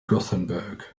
gothenburg